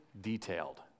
detailed